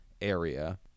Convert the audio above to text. area